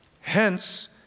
Hence